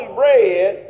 bread